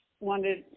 wanted